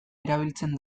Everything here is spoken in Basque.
erabiltzen